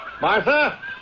Martha